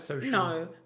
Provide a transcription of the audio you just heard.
no